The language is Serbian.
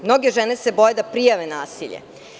Mnoge žene se boje da prijave nasilje.